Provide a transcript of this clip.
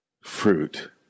fruit